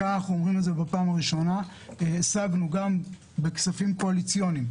כאן אנחנו אומרים בפעם הראשונה שהשגנו גם בכספים קואליציוניים